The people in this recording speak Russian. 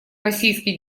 российской